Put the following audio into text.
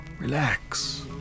Relax